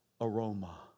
aroma